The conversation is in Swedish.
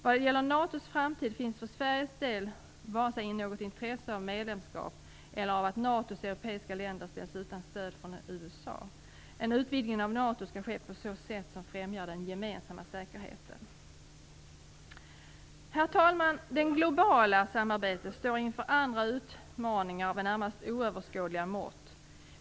Vad gäller NATO:s framtid finns för Sveriges del inte något intresse av vare sig medlemskap eller att NATO:s europeiska medlemsländer ställs utan stöd från USA. En utvidgning av NATO skall ske på ett sätt som främjar den gemensamma säkerheten. Herr Talman! Det globala samarbetet står inför andra utmaningar av närmast oöverskådliga mått.